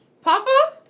Papa